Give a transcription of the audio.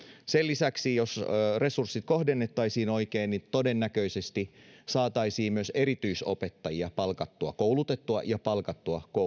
sen lisäksi resurssit kohdennettaisiin oikein niin todennäköisesti saataisiin myös erityisopettajia koulutettua ja palkattua kouluihin nythän